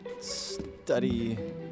study